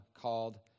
called